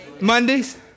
Mondays